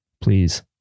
please